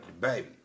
baby